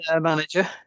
manager